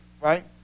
right